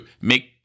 make